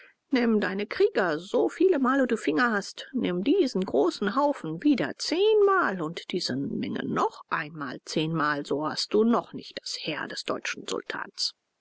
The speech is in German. nimm deine krieger so viele male du finger hast nimm diesen großen haufen wieder zehnmal und diese menge noch einmal zehnmal so hast du noch nicht das heer des deutschen sultans